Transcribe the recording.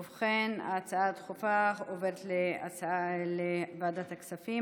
ובכן, ההצעה הדחופה תעבור לוועדת הכספים.